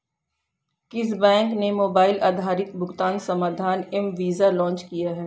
किस बैंक ने मोबाइल आधारित भुगतान समाधान एम वीज़ा लॉन्च किया है?